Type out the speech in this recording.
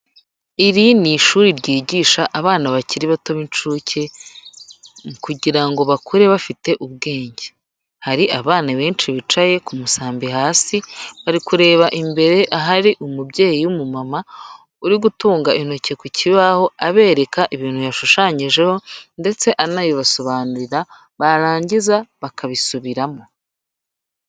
Iri ni ishuri ryigisha abana bakiri bato b'incuke kugira ngo bakure bafite ubwenge. Hari abana benshi bicaye ku musambi hasi, bari kureba imbere ahari umubyeyi w'umumama, uri gutunga intoki ku kibaho, abereka ibintu yashushanyijeho ndetse anabibasobanurira, barangiza bakabisubiramo.